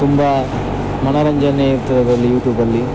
ತುಂಬ ಮನೋರಂಜನೆ ಇರ್ತದೆ ಅದರಲ್ಲಿ ಯೂಟ್ಯೂಬ್ ಅಲ್ಲಿ